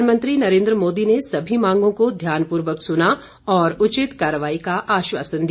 प्रधानमंत्री नरेन्द्र मोदी ने सभी मांगों को ध्यानपूर्वक सुना और उचित कार्रवाई का आश्वासन दिया